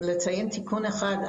לציין תיקון אחד: